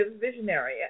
visionary